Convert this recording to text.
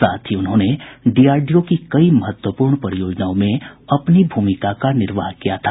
साथ ही उन्होंने डीआरडीओ की कई महत्वपूर्ण परियोजनाओं में अपनी भूमिका का निर्वाह किया था